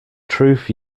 truth